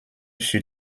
sur